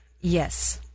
Yes